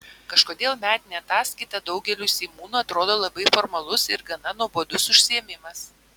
kažkodėl metinė ataskaita daugeliui seimūnų atrodo labai formalus ir gana nuobodus užsiėmimas